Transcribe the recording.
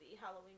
halloween